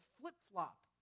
flip-flop